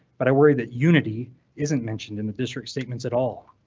but i worry that unity isn't mentioned in the district statements at all.